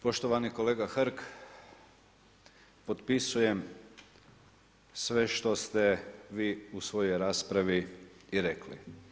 Poštovani kolega Hrg, potpisujem sve što ste vi u svojoj raspravi i rekli.